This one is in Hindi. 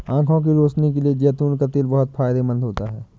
आंखों की रोशनी के लिए जैतून का तेल बहुत फायदेमंद होता है